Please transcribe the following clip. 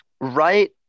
right